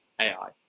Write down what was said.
ai